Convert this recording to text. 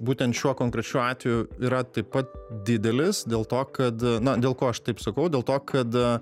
būtent šiuo konkrečiu atveju yra taip pat didelis dėl to kad na dėl ko aš taip sakau dėl to kad